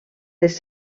les